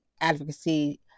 advocacy